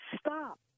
stop